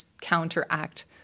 counteract